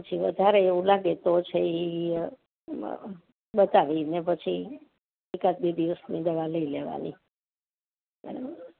પછી વધારે એવું લાગે તો છેલ્લી અ એમાં બતાવીને પછી એકાદ બે દિવસની દવા લઈ લેવાની બરાબર